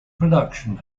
production